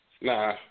Nah